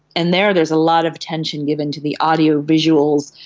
and there there's a lot of attention given to the audio-visuals,